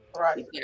right